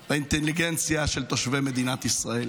באינטליגנציה של תושבי מדינת ישראל.